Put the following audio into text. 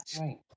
Right